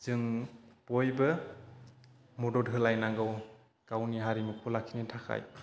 जों बयबो मदद होलायनांगौ गावनि हारिमुखौ लाखिनो थाखाय